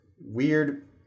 weird